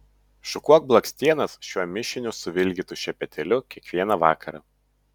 šukuok blakstienas šiuo mišiniu suvilgytu šepetėliu kiekvieną vakarą